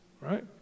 right